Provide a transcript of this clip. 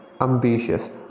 ambitious